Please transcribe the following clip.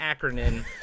acronym